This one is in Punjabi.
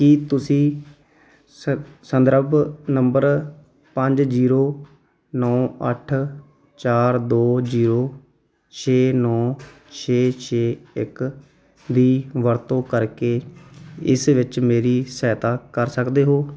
ਕੀ ਤੁਸੀਂ ਸ ਸੰਦਰਭ ਨੰਬਰ ਪੰਜ ਜੀਰੋ ਨੌ ਅੱਠ ਚਾਰ ਦੋ ਜੀਰੋ ਛੇ ਨੌ ਛੇ ਛੇ ਇੱਕ ਦੀ ਵਰਤੋਂ ਕਰਕੇ ਇਸ ਵਿੱਚ ਮੇਰੀ ਸਹਾਇਤਾ ਕਰ ਸਕਦੇ ਹੋ